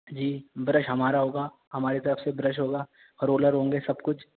جی brush ہمارا ہوگا ہمارے طرف سے برش ہوگا اور رولر ہوں گے سب کچھ